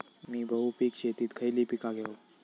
मी बहुपिक शेतीत खयली पीका घेव?